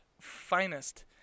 finest